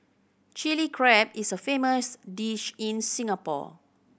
Chilli Crab is a famous dish in Singapore